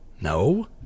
No